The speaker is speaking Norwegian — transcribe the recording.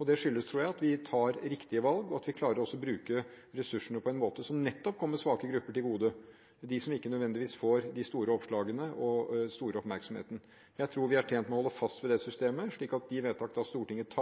Det skyldes, tror jeg, at vi tar riktige valg, og at vi klarer å bruke ressursene på en måte som nettopp kommer svake grupper til gode – de som ikke nødvendigvis får de store oppslagene og den store oppmerksomheten. Jeg tror vi er tjent med å holde fast ved dette systemet, slik at de vedtak Stortinget